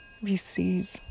Receive